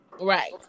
Right